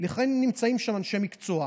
לכן נמצאים שם אנשי מקצוע.